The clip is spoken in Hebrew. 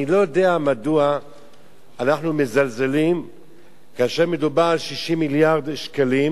אני לא יודע מדוע אנחנו מזלזלים כאשר מדובר על 60 מיליארד שקלים